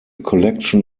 collection